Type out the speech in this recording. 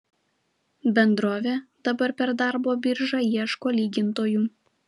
bendrovė dabar per darbo biržą ieško lygintojų